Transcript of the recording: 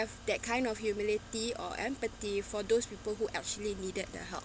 that kind of humility or empathy for those people who actually needed the help